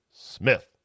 Smith